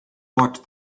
watched